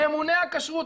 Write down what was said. ממונה הכשרות,